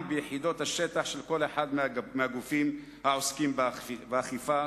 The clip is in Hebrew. ביחידות השטח של כל אחד מהגופים העוסקים באכיפה,